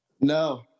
No